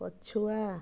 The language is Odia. ପଛୁଆ